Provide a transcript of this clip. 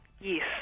Yes